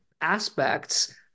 aspects